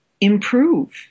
improve